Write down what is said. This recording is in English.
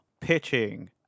pitching